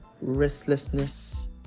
restlessness